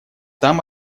там